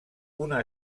una